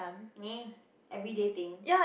me everyday think